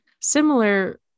Similar